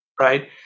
right